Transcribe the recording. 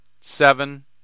seven